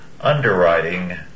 underwriting